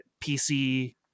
PC